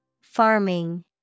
Farming